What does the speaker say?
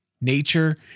nature